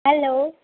hello